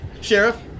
Sheriff